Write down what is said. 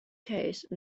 case